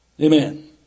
Amen